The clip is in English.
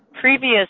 previous